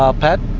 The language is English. ah pat?